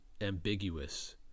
ambiguous